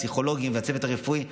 הפסיכולוגים והצוות הרפואי.